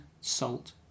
salt